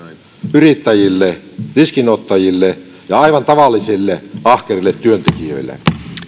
yrittäjille riskinottajille ja aivan tavallisille ahkerille työntekijöille